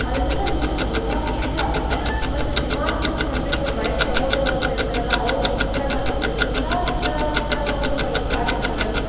ಅದನ್ನೆಲ್ಲ ನೋಡಿ ನಂಗೆ ಒಂಥರ ಖುಷಿ ಆಗತ್ತೆ ಮತ್ತು ವಿಮಾನವನ್ನು ಕಂಡು ಹಿಡದವ್ರು ರೈಟ್ ಸಹೋದರರು ಅಂತ ಹೇಳ್ತಾರಲ್ಲ ಅವರ ಒಂದು ಚಿತ್ರಣ ಆಗಿರ್ಬೋದು ಎಲ್ಲ ಥರ ಚಿತ್ರಣವನ್ನು ಬಳಸಿ ಹಾಕಿರ್ತಾರಲ್ಲಿ